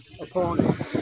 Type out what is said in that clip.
Opponent